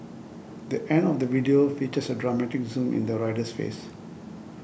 the end of the video features a dramatic zoom in the rider's face